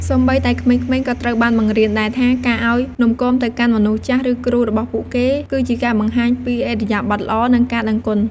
សូម្បីតែក្មេងៗក៏ត្រូវបានបង្រៀនដែរថា ការឱ្យនំគមទៅកាន់មនុស្សចាស់ ឬគ្រូរបស់ពួកគេ គឺជាការបង្ហាញពីឥរិយាបថល្អ និងការដឹងគុណ។